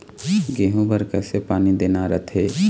गेहूं बर कइसे पानी देना रथे?